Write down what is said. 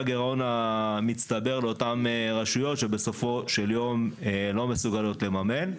הגירעון המצטבר לאותן רשויות שבסופו של יום לא מסוגלות לממן.